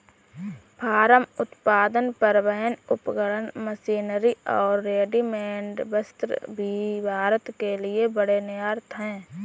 farm उत्पाद, परिवहन उपकरण, मशीनरी और रेडीमेड वस्त्र भी भारत के लिए बड़े निर्यात हैं